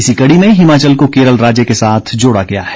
इसी कड़ी में हिमाचल को केरल राज्य के साथ जोड़ा गया है